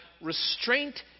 restraint